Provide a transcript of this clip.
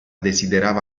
desiderava